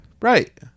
Right